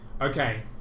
Okay